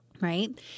right